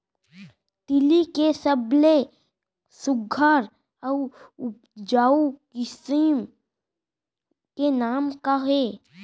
तिलि के सबले सुघ्घर अऊ उपजाऊ किसिम के नाम का हे?